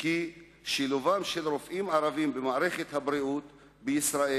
כי שילובם של רופאים ערבים במערכת הבריאות בישראל